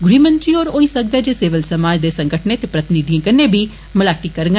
गृहमंत्री होर होई सकदा ऐ जे सिविल समाज दे संगठनें दे प्रतिनिधियें कन्नै बी मलाटी करन